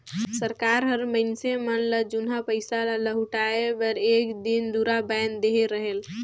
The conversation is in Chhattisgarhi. सरकार हर मइनसे मन ल जुनहा पइसा ल लहुटाए बर एक दिन दुरा बांएध देहे रहेल